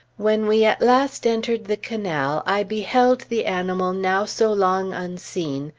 when we at last entered the canal, i beheld the animal now so long unseen,